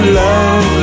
love